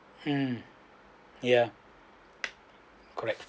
um ya correct